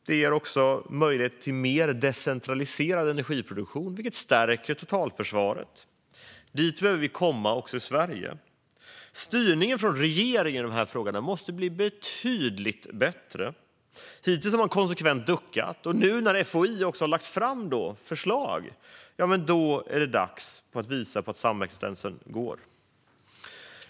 Det ger också möjlighet till mer decentraliserad energiproduktion, vilket stärker totalförsvaret. Dit behöver vi komma också i Sverige. Styrningen från regeringen i den här frågan måste bli betydligt bättre. Hittills har man konsekvent duckat, och när FOI nu har lagt fram förslag är det dags att visa att samexistensen fungerar.